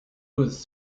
was